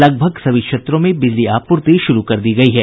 लगभग सभी क्षेत्रों में बिजली आपूर्ति शुरू कर दी गयी है